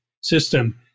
system